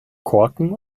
korken